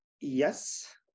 yes